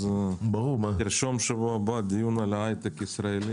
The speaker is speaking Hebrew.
אז תרשום לקיים בשבוע הבא דיון על ההיי-טק הישראלי.